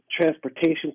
transportation